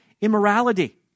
immorality